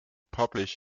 publish